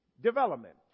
development